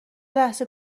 لحظه